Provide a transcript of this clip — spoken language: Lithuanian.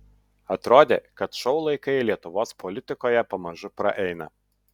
atrodė kad šou laikai lietuvos politikoje pamažu praeina